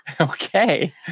Okay